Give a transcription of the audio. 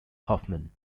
hoffman